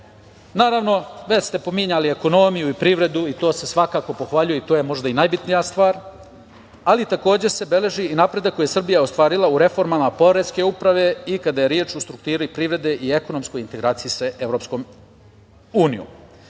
već ste pominjali ekonomiju i privredu, i to se svakako pohvaljuje i to je možda i najbitnija stvar, ali takođe se beleži i napredak koji je Srbija ostvarila u reformama poreske uprave i kada je reč o strukturi privrede i ekonomskoj integraciji sa